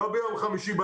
לא ביום חמישי,